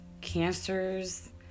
Cancers